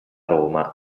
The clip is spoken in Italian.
roma